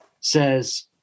says